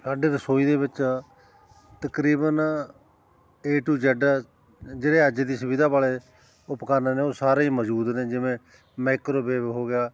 ਸਾਡੇ ਰਸੋਈ ਦੇ ਵਿੱਚ ਤਕਰੀਬਨ ਏ ਟੂ ਜੈਡ ਜਿਹੜੇ ਅੱਜ ਦੀ ਸੁਵਿਧਾ ਵਾਲੇ ਉਪਕਰਨ ਨੇ ਉਹ ਸਾਰੇ ਹੀ ਮੌਜੂਦ ਨੇ ਜਿਵੇਂ ਮੈਕਰੋਵੇਵ ਹੋ ਗਿਆ